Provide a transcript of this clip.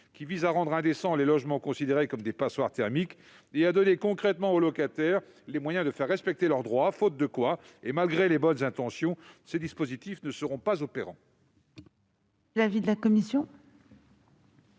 qui visent à rendre indécents les logements considérés comme des passoires thermiques et donner concrètement aux locataires les moyens de faire respecter leurs droits. À défaut, malgré les bonnes intentions, ces dispositions seront inopérantes.